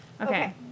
Okay